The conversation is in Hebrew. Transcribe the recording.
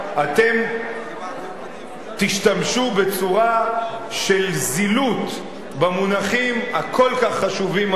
אתם תשתמשו בצורה של זילות במונחים הכל-כך חשובים הללו,